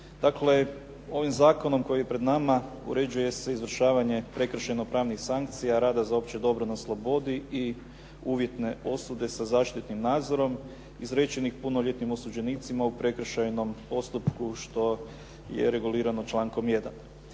Dakle, ovim zakonom koji je pred nama uređuje se izvršavanje prekršajno-pravnih sankcija, rada za opće dobro na slobodi i uvjetne osude sa zaštitnim nadzorom izrečenih punoljetnim osuđenicima u prekršajnom postupku što je regulirano člankom 1.